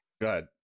good